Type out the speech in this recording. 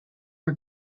are